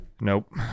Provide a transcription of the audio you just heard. nope